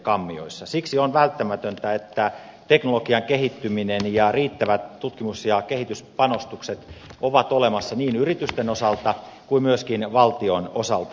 siksi on välttämätöntä että teknologian kehittyminen ja riittävät tutkimus ja kehityspanostukset ovat olemassa niin yritysten osalta kuin myöskin valtion osalta